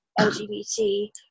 LGBT